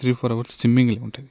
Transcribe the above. three four hours swimming ఉంటుంది